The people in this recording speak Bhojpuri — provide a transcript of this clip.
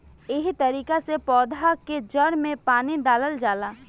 एहे तरिका से पौधा के जड़ में पानी डालल जाला